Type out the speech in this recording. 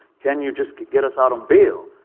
can you just get us out on bail?